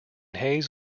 hays